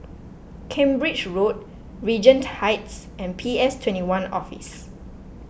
Cambridge Road Regent Heights and P S twenty one Office